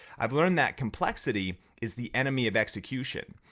i've learned that complexity is the enemy of execution.